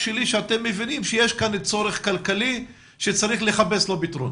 שאתם מבינים שיש כאן צורך כלכלי שצריך לחפש לו פתרון.